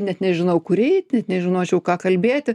net nežinau kur eiti nežinočiau ką kalbėti